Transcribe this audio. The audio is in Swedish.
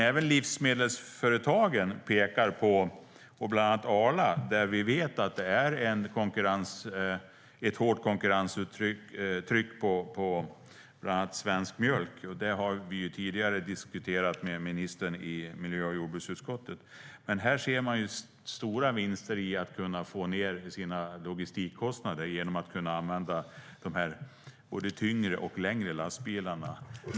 Även livsmedelsföretagen, bland annat Arla - vi vet att det är ett hårt konkurrenstryck på svensk mjölk, vilket vi har diskuterat tidigare med ministern i miljö och jordbruksutskottet - ser stora vinster med att kunna få ned sina logistikkostnader genom att kunna använda de både tyngre och längre lastbilarna.